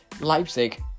Leipzig